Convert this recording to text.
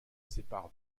sépare